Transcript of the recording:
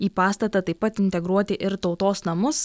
į pastatą taip pat integruoti ir tautos namus